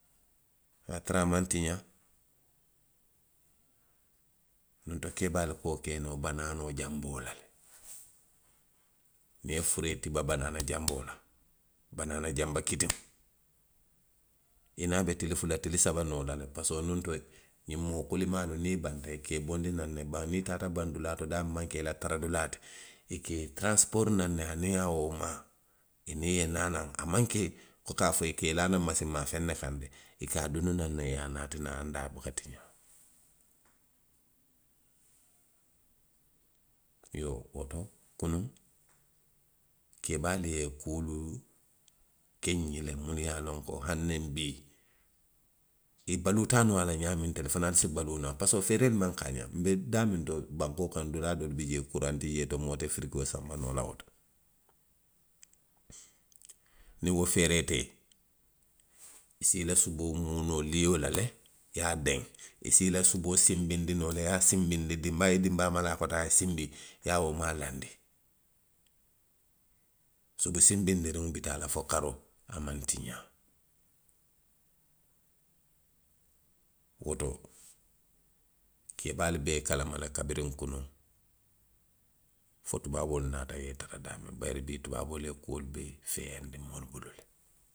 A ye a tara a maŋ tiňaa. Nuŋ to keebaalu ka wo ke noo banaanoo janboo la le. Niŋ i ye furee tiba banaana janboolu la, banaana janba kitiŋo. miŋ ye a loŋ a be tili fula, tili saba noo la le parisiko nuŋ to, moo kulimaalu niŋ banta, i ka i bondi naŋ ne, niŋ i taata baŋ dulaa miŋ maŋ ke i la tara dulaa ti, i ka i taransipori naŋ aniŋ a wo moomaa, i niŋ i ye naa naŋ, a maŋ ke, ka a fo ko i ka i laa naŋ masiŋ maa feŋ ne kaŋ de, i ka a duni naŋ ne, i ye a naati naŋ anduŋ a buka tiňaa. Iyoo, woto koni. keebaalu ye kuo doolu ke minnu ye a loŋ ko hani bii, i baluuta nuŋ a la ňaamiŋ, ntelu fanaŋ se baluu noo a la, parisiko feereelu maŋ kaaňaŋ. Nbe daamiŋ to. bankoo kaŋ, dulaa doolu bi jee kuraŋ ti jee to, moo te firigoo sanba noo la woto. Firgoo feeree te i ye, i si i la suboo muu lio la, i ye a deŋ, i si i la suboo sinbindi noo le, i ye a sinbindi, dinbaa, i ye dinbaa malaa a koto, a ye sinbi, i ye a wo maa laandi. Subu sinbiriŋo duŋ bi taa la fo karoo, a maŋ tiňaa. Woto. keebaalu be i kalama le kabiriŋ kunuŋ, fo tubaaboolu naata i ye tara daamiŋ bayiri bii tubaaboolu ye kuolu bee feeyaandi moolu bulu le.